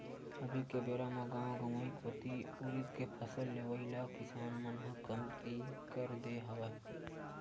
अभी के बेरा म गाँव गंवई कोती उरिद के फसल लेवई ल किसान मन ह कमती कर दे हवय